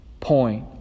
Point